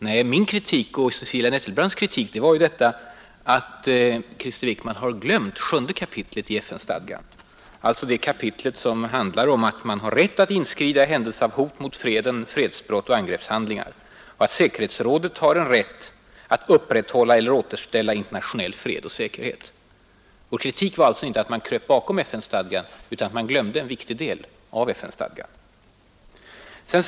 Nej, Cecilia Nettelbrandts och min kritik riktade sig ju mot att Krister Wickman har glömt kapitel 7 i FN-stadgan, där det föreskrivs att FN har rätt att inskrida i händelse av ”hot mot freden, fredsbrott och angreppshandlingar” och att säkerhetsrådet har en rätt att ”upprätthålla eller återställa internationell fred och säkerhet”. Vår kritik vände sig alltså inte mot att man krupit bakom FN-stadgan utan mot att man hade glömt en viktig del av den.